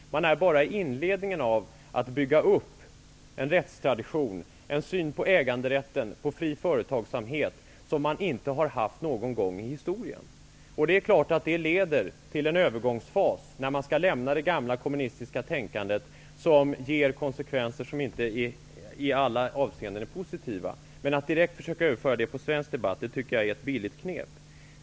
Man är bara i inledningen av att bygga upp en rättstradition, en syn på äganderätten och fri företagsamhet, som man inte har haft någon gång i historien. Det leder självfallet till en övergångsfas, där man skall lämna det gamla kommunistiska tänkandet, som ger konsekvenser som inte i alla avseenden är positiva. Men att direkt försöka överföra det i svensk debatt är enligt min mening ett billigt knep.